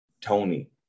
Tony